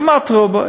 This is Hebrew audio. ברובה, כמעט ברובה.